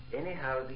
anyhow